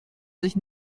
sich